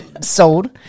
sold